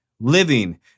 living